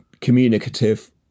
communicative